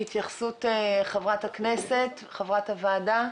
התייחסות חברת הכנסת, חברת הוועדה.